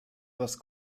was